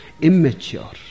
immature